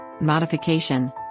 modification